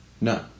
No